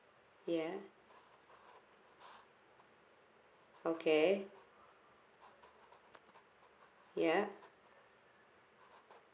yeah okay yeah